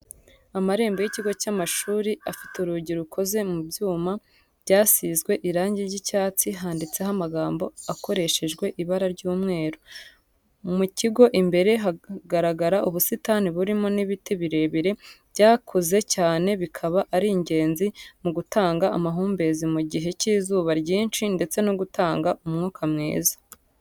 Amarembo y'ikigo cy'amashuri afite urugi rukoze mu byuma byasizwe irangi ry'icyatsi handitseho amagambo akoreshejwe ibara ry'umweru, mu kigo imbere hagaragara ubusitani burimo n'ibiti birebire byakuze cyane bikaba ari ingenzi mu gutanga amahumbezi mu gihe cy'izuba ryinshi ndetse no gutanga umwuka mwiza.